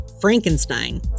Frankenstein